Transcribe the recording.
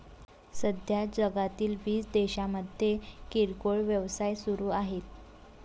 सध्या जगातील वीस देशांमध्ये किरकोळ व्यवसाय सुरू आहेत